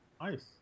Nice